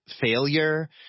failure